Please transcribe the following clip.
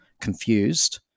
confused